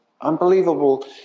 unbelievable